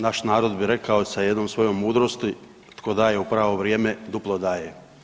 Naš narod bi rekao sa jednom svojom mudrosti, tko daje u pravo vrijeme, duplo daje.